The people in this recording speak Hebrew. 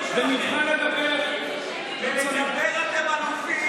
בלדבר אתם אלופים.